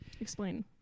explain